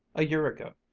a year ago,